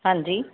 ਹਾਂਜੀ